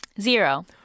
Zero